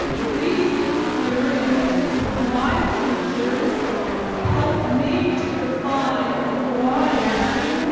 these experiences with my teachers helped me to define who i am,